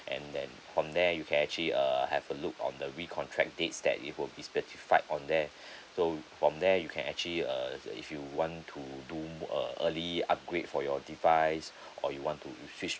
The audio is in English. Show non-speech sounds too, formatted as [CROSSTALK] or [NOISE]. and then from there you can actually err have a look on the re contract dates that it would be specified on there [BREATH] so from there you can actually uh if you want to do a early upgrade for your device [BREATH] or you want to switch